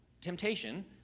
temptation